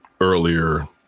earlier